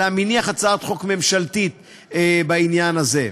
אלא מניח הצעת חוק ממשלתית בעניין הזה.